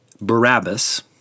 Barabbas